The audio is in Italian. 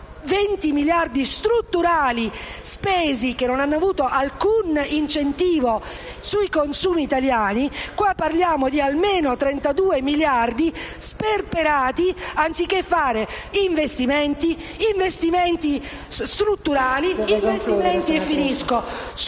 20 miliardi strutturali spesi che non hanno avuto alcun incentivo sui consumi italiani. Qui parliamo di almeno 32 miliardi sperperati anziché fare investimenti strutturali, investimenti sulle